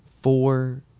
Four